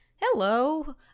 Hello